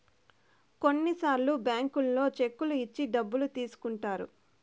కొన్నిసార్లు బ్యాంకుల్లో చెక్కులు ఇచ్చి డబ్బులు తీసుకుంటారు